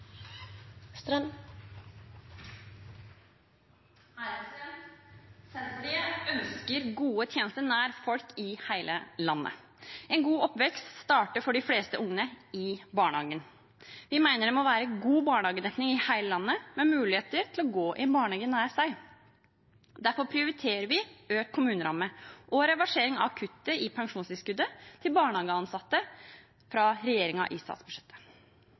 Senterpartiet ønsker gode tjenester nær folk i hele landet. En god oppvekst starter for de fleste ungene i barnehagen. Vi mener det må være god barnehagedekning i hele landet, med mulighet til å gå i en barnehage nær seg. Derfor prioriterer vi økt kommuneramme og reversering av kuttet i pensjonstilskuddet til barnehageansatte fra regjeringen i statsbudsjettet.